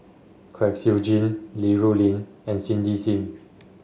Kwek Siew Jin Li Rulin and Cindy Sim